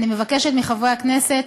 אני מבקשת מחברי הכנסת